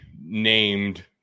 named